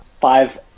five